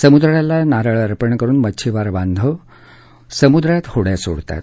समुद्राला नारळ अर्पण करुन मच्छीमार बाधव समुद्रात होड्या सोडतात